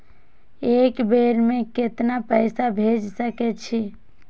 एक बेर में केतना पैसा भेज सके छी?